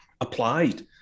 applied